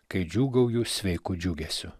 kai džiūgauju sveiku džiugesiu